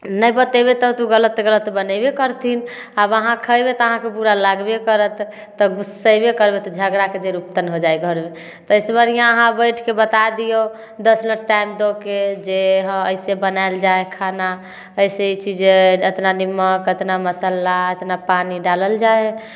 नहि बतयबै तऽ ओ तऽ गलत गलत बनयबै करथिन आब आहाँ खयबै तऽ आहाँके बुरा लागबे करत तऽ गुस्सयबे करबै तऽ झगड़ाके जड़ि उत्पन्न हो जाइ हइ घरमे एहिसऽ बढ़िऑं आहाँ बैठके बता दिऔ दस मिनट टाइम दऽ के जे हँ एहिसऽ बनाएल जाइ हइ खाना एहिसऽ ई चीज अतना निमक अतना मसल्ला अतना पानि डालल जाइ हइ